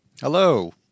Hello